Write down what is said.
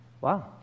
Wow